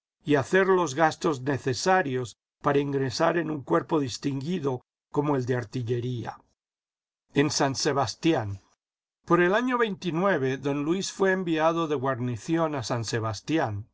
y hacer los gastos necesarios para ingresar en un cuerpo distinguido como el de artillería en san sebastian por el año d luis fué enviado de guarnición a vsan sebastián